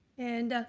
and,